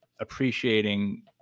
appreciating